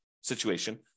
situation